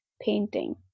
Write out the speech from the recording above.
painting